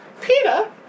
PETA